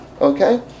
okay